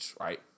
right